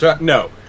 No